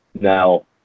now